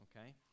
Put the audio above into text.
okay